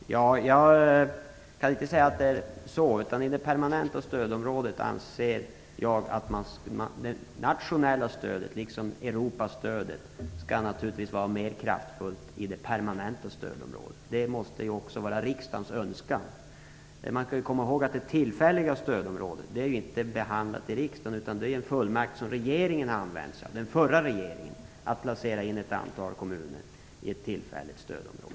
Fru talman! Jag kan inte säga att det är så. Jag anser att det nationella stödet liksom EU-stödet skall vara med kraftfullt i det permanenta stödområdet. Det måste också vara riksdagens önskan. Man skall komma ihåg att frågan om det tillfälliga stödområdet inte har behandlats av riksdagen utan grundar sig på en av den förra regeringen använd fullmakt, genom vilken ett antal kommuner placerades in i ett tillfälligt stödområde.